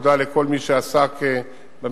תודה לכל מי שעסק במלאכה,